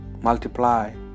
multiply